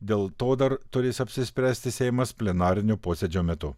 dėl to dar turės apsispręsti seimas plenarinio posėdžio metu